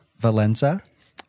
Valenza